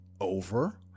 over